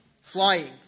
flying